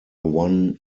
one